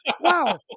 wow